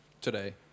today